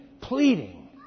Pleading